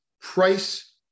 price